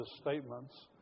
statements